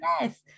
Yes